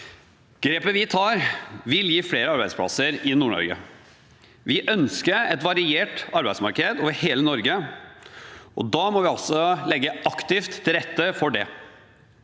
Grepet vi tar, vil gi flere arbeidsplasser i Nord-Norge. Vi ønsker et variert arbeidsmarked over hele Norge, og da må vi også legge aktivt til rette for det.